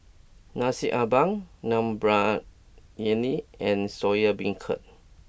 Nasi Ambeng Dum Briyani and Soya Beancurd